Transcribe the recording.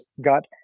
got